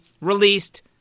released